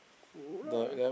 go lah